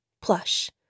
plush